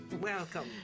Welcome